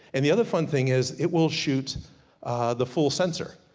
and the other fun thing is it will shoot the full sensor.